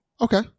okay